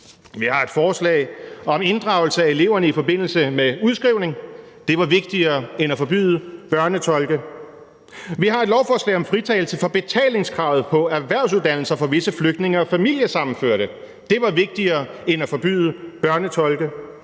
Vi har et lovforslag om inddragelse af eleverne i forbindelse med udskrivning – det var vigtigere end at forbyde børnetolke. Vi har et lovforslag om fritagelse for betalingskravet på erhvervsuddannelser for visse flygtninge og familiesammenførte – det var vigtigere end at forbyde børnetolke.